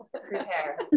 prepare